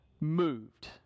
moved